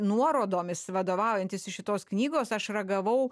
nuorodomis vadovaujantis iš šitos knygos aš ragavau